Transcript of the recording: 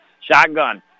Shotgun